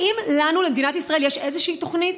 האם לנו, למדינת ישראל, יש איזושהי תוכנית?